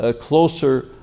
closer